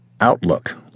Outlook